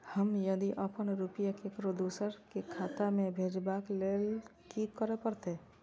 हम यदि अपन रुपया ककरो दोसर के खाता में भेजबाक लेल कि करै परत?